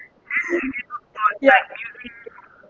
ya